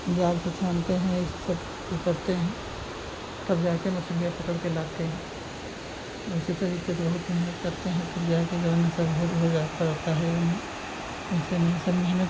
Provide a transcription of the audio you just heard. जाल से छानते हैं ऐसे सब ऊ करते हैं तब जाकर मछलियाँ पकड़कर लाते हैं और इसी तरीके से बहुत मेहनत करते हैं तब जाकर जऊन है सब हो हो जा पड़ता है जऊन है ऐसे में सब मेहनत